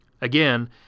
Again